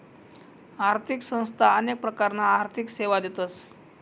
आर्थिक संस्था अनेक प्रकारना आर्थिक सेवा देतस